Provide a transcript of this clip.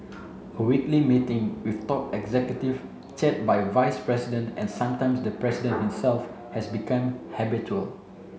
a weekly meeting with top executive chaired by vice president and sometimes by the president himself has become habitual